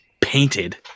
painted